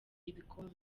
ibikombe